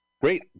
Great